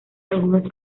algunos